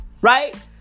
right